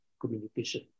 communication